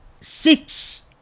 Six